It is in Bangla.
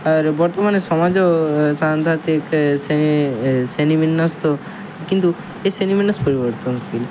আর বর্তমানে সমাজও সাঙ্ঘাতিক শ্রেণি শ্রেণি বিন্যাস্ত কিন্তু এই শ্রেণি বিন্যাস পরিবর্তনশীল